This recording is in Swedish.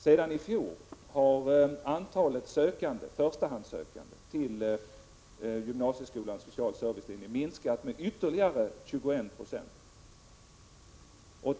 Sedan i fjol har antalet förstahandssökande till denna linje minskat med ytterligare 21 90.